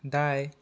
दाएँ